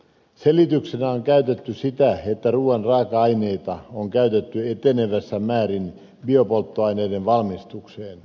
selityksenä on käytetty sitä että ruuan raaka aineita on käytetty enenevässä määrin biopolttoaineiden valmistukseen